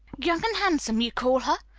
young and handsome, you call her!